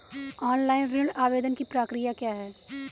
Online ऋण आवेदन की प्रक्रिया क्या है?